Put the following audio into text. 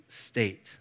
State